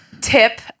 tip